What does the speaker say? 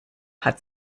hat